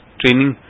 training